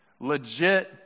legit